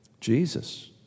Jesus